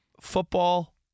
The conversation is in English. Football